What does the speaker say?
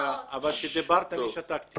כשדיברת, אני שתקתי.